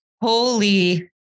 Holy